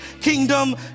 kingdom